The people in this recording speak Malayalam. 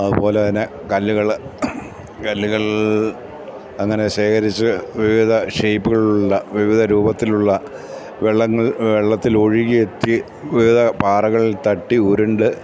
അതുപോലെത്തന്നെ കല്ലുകള് കല്ലുകൾ അങ്ങനെ ശേഖരിച്ച് വിവിധ ഷേയിപ്പുകളിലുള്ള വിവിധ രൂപത്തിലുള്ള വെള്ളത്തിൽ ഒഴുകിയെത്തി വിവിധ പാറകളിൽത്തട്ടി ഉരുണ്ട്